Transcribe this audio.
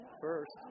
first